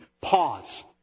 pause